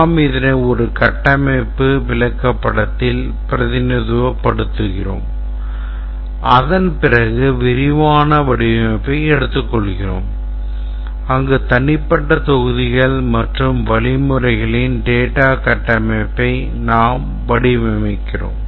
நாம் இதனை ஒரு கட்டமைப்பு விளக்கப்படத்தில் பிரதிநிதித்துவப்படுத்துகிறோம் அதன் பிறகு விரிவான வடிவமைப்பை எடுத்துக்கொள்கிறோம் அங்கு தனிப்பட்ட தொகுதிகள் மற்றும் வழிமுறைகளின் data கட்டமைப்பை நாம் வடிவமைக்கிறோம்